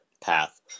path